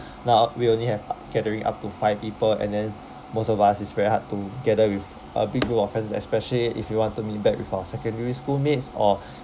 now we only have gathering up to five people and then most of us is very hard to gather with a big group of friends especially if you want to meet back with our secondary schoolmates or